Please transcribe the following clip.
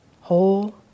whole